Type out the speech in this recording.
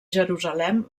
jerusalem